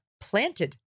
planted